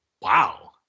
Wow